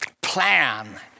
plan